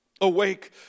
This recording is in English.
Awake